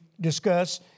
discuss